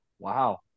wow